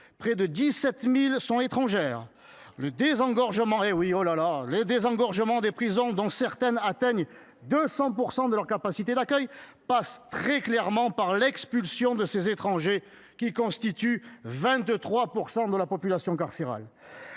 oui, mes chers collègues ! Le désengorgement des prisons- certaines atteignent 200 % de leur capacité d'accueil - passe très clairement par l'expulsion de ces étrangers, qui constituent 23 % de la population carcérale.